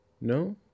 No